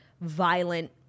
violent